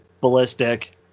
ballistic